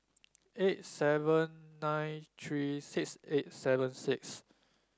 eight seven nine three six eight seven six